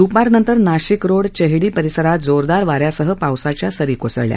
द्रपारनंतर नाशिक रोड चेहडी परिसरात जोरदार वाऱ्यासह पावसाच्या सरी कोसळल्या